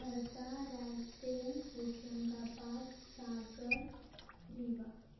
Harda Raisen Hoshangabad Sagar Rewa